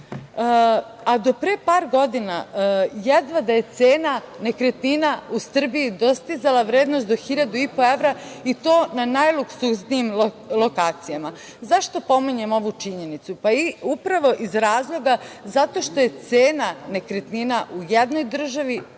a do pre par godina jedva da je cena nekretnina u Srbiji dostizala vrednost do 1.500 evra i to na najluksuznijim lokacijama. Zašto pominjem ovu činjenicu? Upravo iz razloga, zato što je cena nekretnina u jednoj državi najbolji